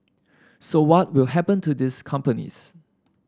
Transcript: so what will happen to these companies